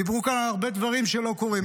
דיברו כאן על הרבה דברים שלא קורים.